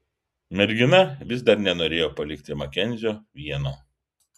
mergina vis dar nenorėjo palikti makenzio vieno